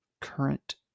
current